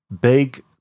big